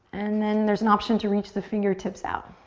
and then there's an option to reach the fingertips out.